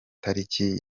itariki